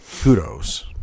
kudos